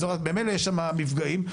ממילא יש שם מפגעים,